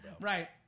Right